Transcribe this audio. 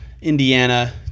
Indiana